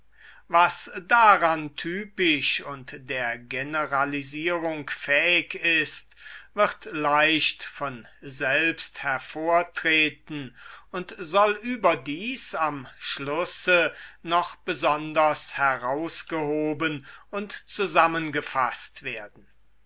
was daran typisch und der generalisierung fähig ist wird leicht von selbst hervortreten und soll überdies am schlüsse noch besonders herausgehoben und zusammengefaßt werden